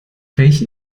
welchen